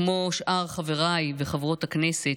כמו שאר חברי וחברות הכנסת,